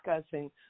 discussing